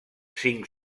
cinc